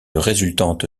résultante